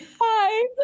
Hi